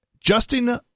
Justin